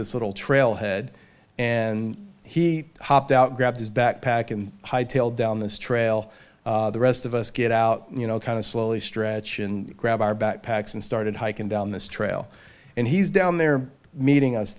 this little trail head and he hopped out grabbed his backpack and high tailed down this trail the rest of us get out you know kind of slowly stretch and grab our backpacks and started hiking down this trail and he's down there meeting us